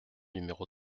numéro